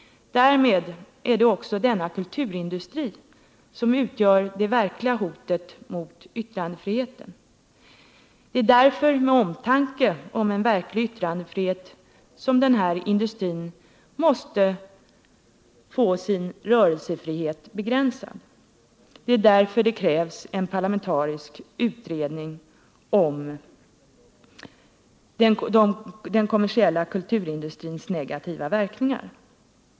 Därmed är det också denna kulturindustri som utgör det verkliga hotet mot yttrandefriheten. Det är därför, med omtanke om en verklig yttrandefrihet, som denna industri måste få sin rörelsefrihet begränsad. Det är därför som det krävs en parlamentarisk utredning om den kommersiella kulturindustrins negativa verkningar.